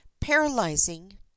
paralyzing